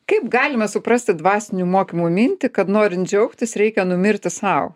kaip galima suprasti dvasinių mokymų mintį kad norint džiaugtis reikia numirti sau